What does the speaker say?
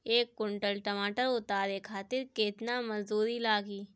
एक कुंटल टमाटर उतारे खातिर केतना मजदूरी लागी?